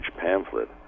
pamphlet